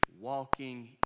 walking